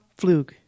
Flug